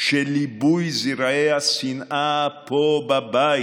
של ליבוי זרעי השנאה פה בבית.